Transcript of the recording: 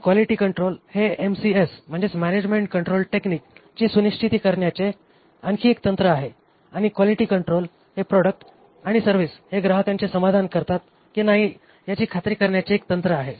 तर quality control हे MCS management control technique ची सुनिश्चीती करण्याचे आणखी एक तंत्र आहे आणि क्वालिटी कंट्रोल हे प्रॉडक्ट आणि सर्व्हिस हे ग्राहकांचे समाधान करतात कि नाही याची खात्री करण्यासाठीचे एक तंत्र आहे